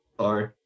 Sorry